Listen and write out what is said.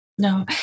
No